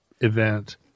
event